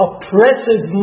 oppressive